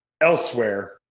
elsewhere